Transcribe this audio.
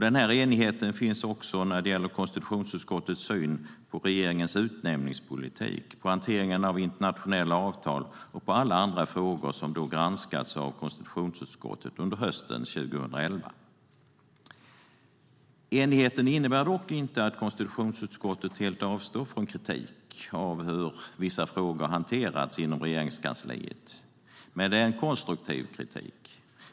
Denna enighet finns också när det gäller konstitutionsutskottets syn på regeringens utnämningspolitik, hanteringen av internationella avtal och alla andra frågor som granskats av konstitutionsutskottet under hösten 2011. Enigheten innebär dock inte att vi i konstitutionsutskottet helt avstår från kritik av hur vissa frågor hanterats inom Regeringskansliet, men det är en konstruktiv kritik.